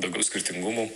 daugiau skirtingumų